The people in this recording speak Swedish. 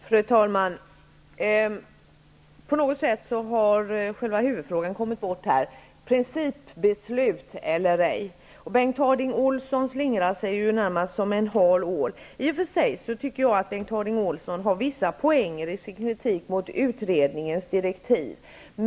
Fru talman! På något sätt har själva huvudfrågan kommit bort -- principbeslut eller ej. Bengt Harding Olson slingrar sig närmast som en hal ål. I och för sig tycker jag att Bengt Harding Olson har vissa poänger i sin kritik av utredningsdirektiven.